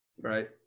Right